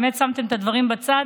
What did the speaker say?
באמת שמתם את הדברים בצד